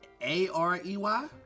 A-R-E-Y